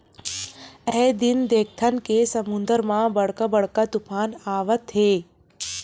आए दिन देखथन के समुद्दर म बड़का बड़का तुफान आवत हे